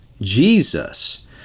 Jesus